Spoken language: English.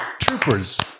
Troopers